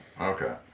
Okay